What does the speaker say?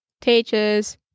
teachers